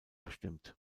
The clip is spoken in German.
bestimmt